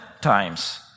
times